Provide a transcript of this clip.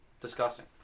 discussing